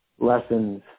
lessons